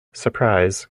surprise